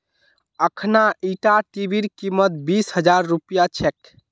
अखना ईटा टीवीर कीमत बीस हजार रुपया छेक